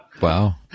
Wow